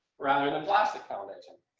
rather than plastic foundation.